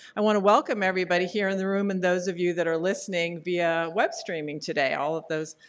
i want to welcome everybody here in the room and those of you that are listening via web streaming today, all of those,